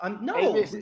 No